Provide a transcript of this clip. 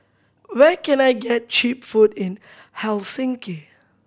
where can I get cheap food in Helsinki